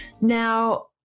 now